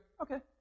okay